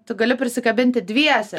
tu gali prisikabinti dviese